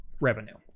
revenue